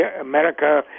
America